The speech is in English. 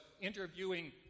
interviewing